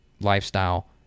lifestyle